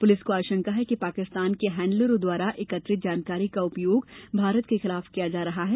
police को आशंका है कि पाकिस्तान के हैण्डलरों द्वारा एकत्रित जानकारी का उपयोग भारत के विरुद्ध किया जा रहा है